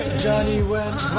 johnny went